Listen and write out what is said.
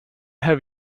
have